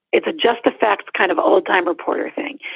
it's just the facts, kind of old time reporter thing.